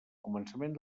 començament